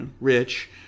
rich